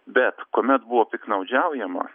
bet kuomet buvo piktnaudžiaujama